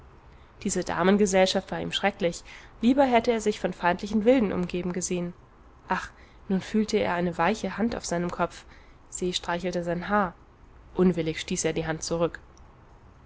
diese damengesellschaft war ihm schrecklich lieber hätte er sich von feindlichen wilden umgeben gesehen ach und nun fühlte er eine weiche hand auf seinem kopf se streichelte sein haar unwillig stieß er die hand zurück